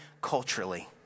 culturally